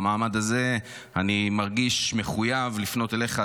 במעמד הזה אני מרגיש מחויב לפנות אליך,